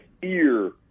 fear